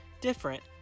different